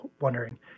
wondering